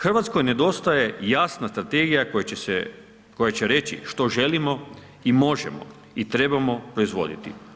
Hrvatskoj nedostaje jasna strategija koja će reći što želimo i možemo i trebamo proizvoditi.